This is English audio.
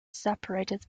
separated